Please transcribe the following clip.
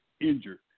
injured